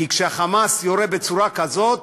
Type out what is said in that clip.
כי כשה"חמאס" יורה בצורה כזאת,